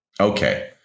Okay